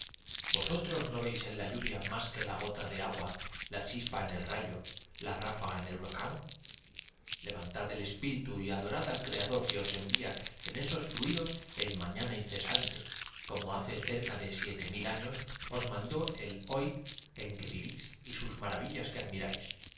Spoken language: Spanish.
vosotros no veis en la lluvia más que la gota de por agua la chispa en el rayo la ráfaga en el huracán inspirador al rayo qué sería de la humanidad sin el levantad el espíritu y adorad al creador que os envía mercurio que así le señala las variaciones de la tempe fluidos el mañana incesante como hace cerca ratura como le sirve para la extracción del oro en esos y de la de siete mil años os mandó el hoy en que vivís y sus